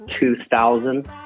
2000